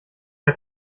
der